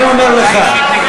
אתה אישית נגדי?